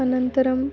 अनन्तरम्